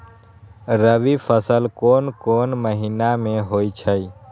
रबी फसल कोंन कोंन महिना में होइ छइ?